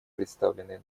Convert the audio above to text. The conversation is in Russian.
представленный